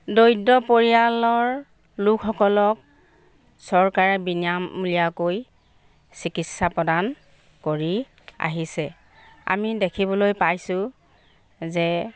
দৰিদ্ৰ পৰিয়ালৰ লোকসকলক চৰকাৰে বিনামূলীয়াকৈ চিকিৎসা প্ৰদান কৰি আহিছে আমি দেখিবলৈ পাইছোঁ যে